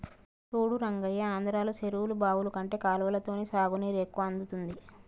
చూడు రంగయ్య ఆంధ్రలో చెరువులు బావులు కంటే కాలవలతోనే సాగునీరు ఎక్కువ అందుతుంది